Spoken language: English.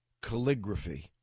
calligraphy